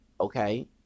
Okay